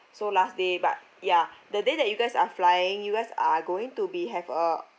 so last day but yeah the day that you guys are flying you guys are going to be have a